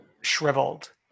shriveled